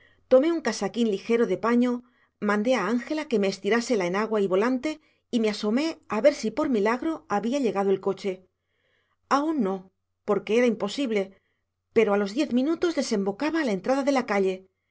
tomé un casaquín ligero de paño mandé a ángela que me estirase la enagua y volante y me asomé a ver si por milagro había llegado el coche aún no porque era imposible pero a los diez minutos desembocaba a la entrada de la calle